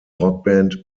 rockband